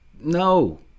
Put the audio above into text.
no